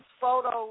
photos